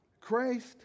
Christ